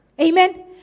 Amen